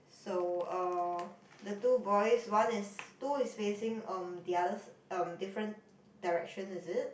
so um the two boys one is two is facing um the other si~ um different direction is it